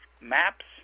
Maps